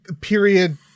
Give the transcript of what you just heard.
period